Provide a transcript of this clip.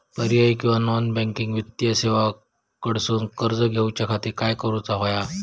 पर्यायी किंवा non banking वित्तीय सेवा कडसून कर्ज घेऊच्या खाती काय करुक होया?